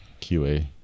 QA